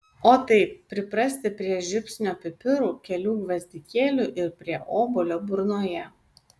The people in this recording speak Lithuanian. o taip priprasti prie žiupsnio pipirų kelių gvazdikėlių ir prie obuolio burnoje